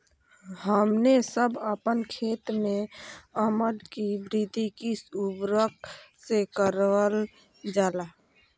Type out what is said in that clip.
हमने सब अपन खेत में अम्ल कि वृद्धि किस उर्वरक से करलजाला?